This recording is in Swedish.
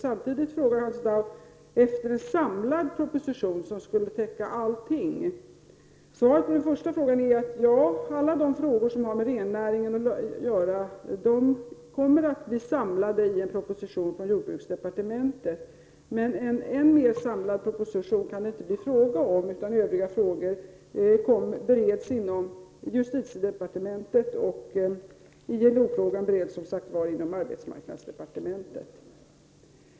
Samtidigt frågar Hans Dau efter en samlad proposition, som skall täcka allting. Svaret på den första frågan är att alla de frågor som har med rennäringen att göra kommer att bli samlade i en proposition från jordbruksdepartementet. En än mer samlad proposition kan det inte bli fråga om. Övriga frågor bereds inom justitiedepartementet, och ILO-frågan bereds, som sagt var, inom arbetsmarknadsdepartementet.